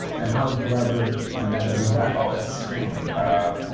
and how collaborative an effort is that? oh, extremely.